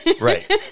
right